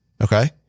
Okay